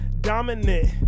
dominant